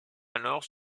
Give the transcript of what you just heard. alors